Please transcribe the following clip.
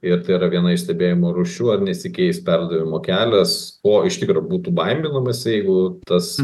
ir tai yra viena iš stebėjimo rūšių ar nesikeis perdavimo kelias o iš tikro būtų baiminamasi jeigu tas